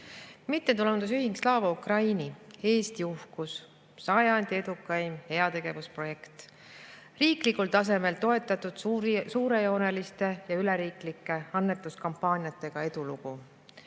Mittetulundusühing Slava Ukraini, Eesti uhkus, sajandi edukaim heategevusprojekt, riiklikul tasemel toetatud suurejooneliste ja üleriiklike annetuskampaaniatega edulugu.